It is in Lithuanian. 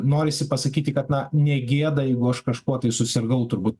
norisi pasakyti kad na negėda jeigu aš kažkuo susirgau turbūt